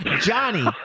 johnny